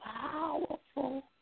powerful